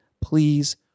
please